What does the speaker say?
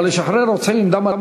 אבל לשחרר רוצחים עם דם על הידיים?